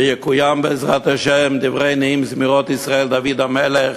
ויקוים בעזרת השם דברי נעים זמירות ישראל דוד המלך: